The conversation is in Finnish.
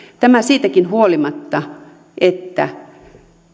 tämä siitäkin huolimatta että